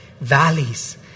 valleys